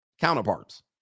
counterparts